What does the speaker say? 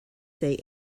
they